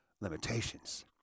limitations